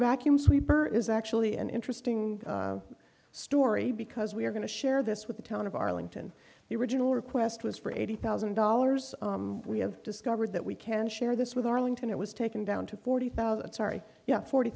vacuum sweeper is actually an interesting story because we are going to share this with the town of arlington the original request was for eighty thousand dollars we have discovered that we can share this with arlington it was taken down to forty thousand sorry yes forty